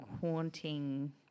haunting